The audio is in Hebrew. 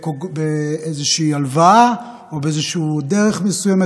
באיזושהי הלוואה או באיזושהי דרך מסוימת,